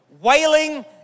wailing